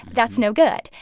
that's no good.